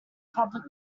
public